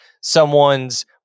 someone's